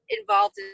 involved